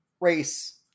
race